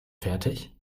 fertig